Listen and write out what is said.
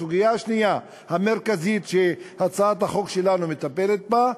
הסוגיה השנייה המרכזית שהצעת החוק שלנו מטפלת בה,